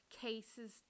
cases